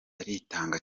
aritanga